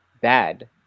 bad